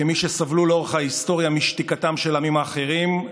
כמי שסבלו לאורך ההיסטוריה משתיקתם של העמים האחרים,